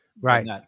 Right